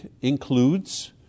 includes